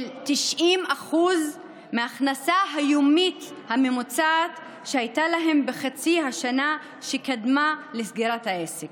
90% מההכנסה היומית הממוצעת שהייתה להם בחצי השנה שקדמה לסגירת העסק.